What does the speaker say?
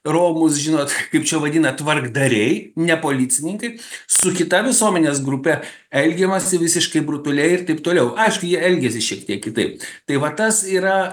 romūs žinot kaip čia vadina tvarkdariai ne policininkai su kita visuomenės grupe elgiamasi visiškai brutaliai ir taip toliau aišku jie elgiasi šiek tiek kitaip tai va tas yra